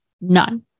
None